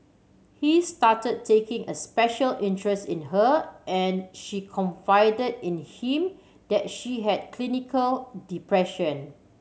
he started taking a special interest in her and she confided in him that she had clinical depression